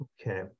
Okay